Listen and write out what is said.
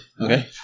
Okay